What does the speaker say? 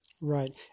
Right